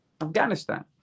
Afghanistan